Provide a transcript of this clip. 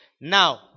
Now